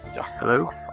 hello